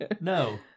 No